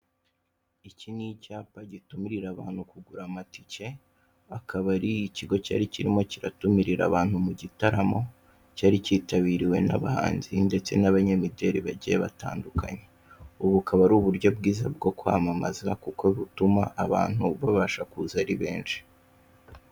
Iki ni icyapa gitumirira abantu kugura amatike, akaba ari ikigo cyari kirimo kiratumirira abantu mu gitaramo, cyari kitabiriwe n'abahanzi ndetse n'abanyamideli bagiye batandukanye, ubu bukaba ari uburyo bwiza bwo kwamamaza kuko butuma abantu babasha kuza ari benshi.